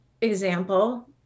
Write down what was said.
example